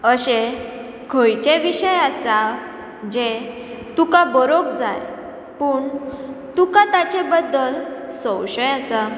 अशें खंयचे विशय आसा जे तुका बरोवक जाय पूण तुका ताचे बद्दल संशय आसा